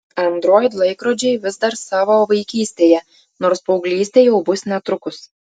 android laikrodžiai vis dar savo vaikystėje nors paauglystė jau bus netrukus